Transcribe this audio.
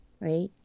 Right